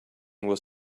was